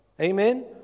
Amen